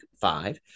Five